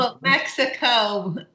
Mexico